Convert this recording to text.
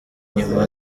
nyuma